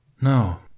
No